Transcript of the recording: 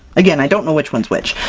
again, i don't know which one's which.